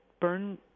burn